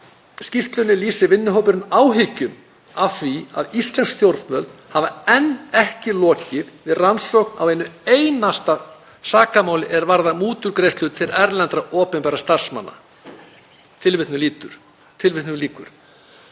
skýrslunni lýsir vinnuhópurinn áhyggjum af því að íslensk stjórnvöld hafi enn ekki lokið við rannsókn á einu einasta sakamáli er varðar mútugreiðslur til erlendra opinberra starfsmanna.“ Nú vitum við öll að það er